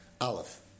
Aleph